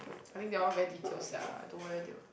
I mean they all very detailed sia don't know whether they will